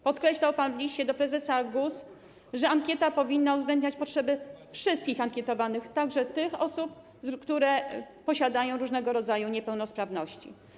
Podkreślał pan w liście do prezesa GUS, że ankieta powinna uwzględniać potrzeby wszystkich ankietowanych, także tych osób, które posiadają różnego rodzaju niepełnosprawności.